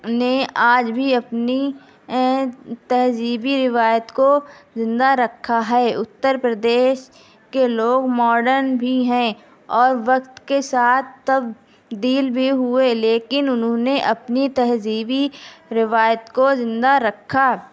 نے آج بھی اپنی تہذیبی روایت کو زندہ رکھا ہے اتر پردیش کے لوگ ماڈرن بھی ہیں اور وقت کے ساتھ تبدیل بھی ہوئے لیکن انہوں نے اپنی تہذیبی روایت کو زندہ رکھا